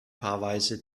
paarweise